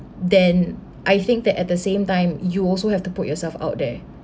then I think that at the same time you also have to put yourself out there